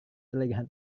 terlihat